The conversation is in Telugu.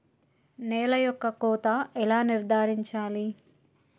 నేల యొక్క కోత ఎలా నిర్ధారించాలి?